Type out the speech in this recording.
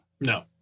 No